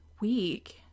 week